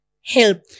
help